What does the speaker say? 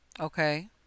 Okay